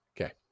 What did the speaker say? Okay